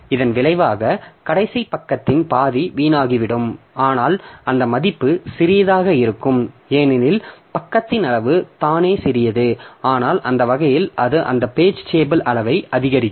இதன் விளைவாக கடைசி பக்கத்தின் பாதி வீணாகிவிடும் ஆனால் அந்த மதிப்பு சிறியதாக இருக்கும் ஏனெனில் பக்கத்தின் அளவு தானே சிறியது ஆனால் அந்த வகையில் அது அந்த பேஜ் டேபிள் அளவை அதிகரிக்கும்